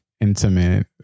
intimate